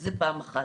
זה פעם אחת.